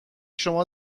شما